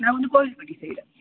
நான் வந்து கோவில்பட்டி சைடு